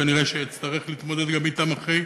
כנראה אצטרך להתמודד גם אתם אחרי,